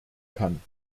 kann